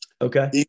okay